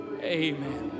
Amen